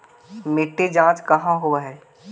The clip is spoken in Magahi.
मिट्टी जाँच कहाँ होव है?